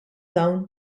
dawn